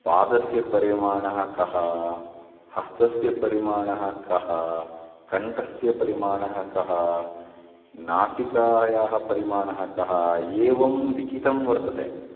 पादस्य परिमाणः कः हस्तस्य परिमाणः कः कण्ठस्य परिमाणः कः नासिकायाः परिमाणः कः एवं लिखितं वर्तते